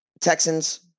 Texans